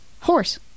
Horse